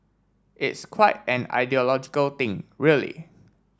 it's quite an ideological thing really